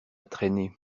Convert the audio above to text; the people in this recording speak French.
traîner